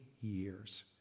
years